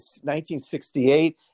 1968